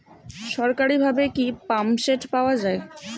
সরকারিভাবে কি পাম্পসেট পাওয়া যায়?